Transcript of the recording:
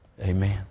Amen